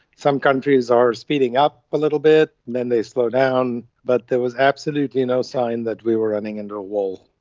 some countries are speeding up a little bit, then they slow down. but there was absolutely no sign that we were running into a wall.